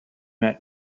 met